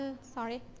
Sorry